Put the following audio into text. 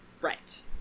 Right